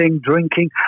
drinking